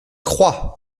croient